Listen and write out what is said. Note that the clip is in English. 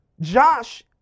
Josh